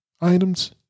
items